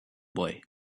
boy